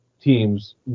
teams